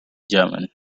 german